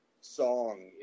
song